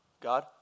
God